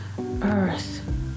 earth